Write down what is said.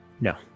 no